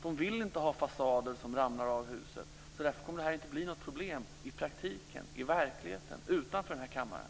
De vill inte ha fasader som ramlar av huset. Därför kommer det här inte att bli något problem i praktiken, i verkligheten, utanför den här kammaren.